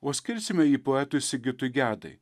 o skirsime jį poetui sigitui gedai